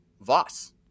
Voss